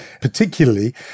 particularly